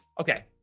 Okay